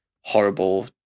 horrible